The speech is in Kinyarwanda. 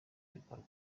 bikorwa